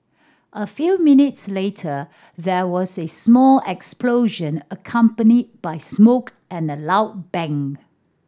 a few minutes later there was a small explosion accompanied by smoke and a loud bang